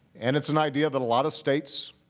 and it's an idea that a lot of states